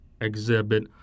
exhibit